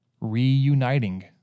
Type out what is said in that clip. reuniting